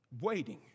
waiting